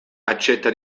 accetta